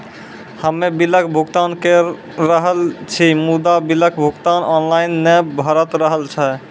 हम्मे बिलक भुगतान के रहल छी मुदा, बिलक भुगतान ऑनलाइन नै भऽ रहल छै?